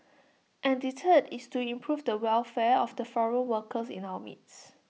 and the third is to improve the welfare of the foreign workers in our midst